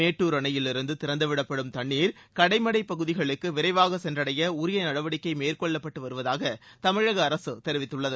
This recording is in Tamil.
மேட்டுர் அணையிலிருந்து திறந்து விடப்படும் தண்ணீர் கடைமடை பகுதிகளுக்கு விரைவாக சென்றடைய உரிய நடவடிக்கை மேற்கொள்ளப்பட்டு வருவதாக தமிழக அரசு தெரிவித்துள்ளது